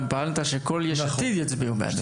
גם פעלת שכל יש עתיד יצביעו בעדו.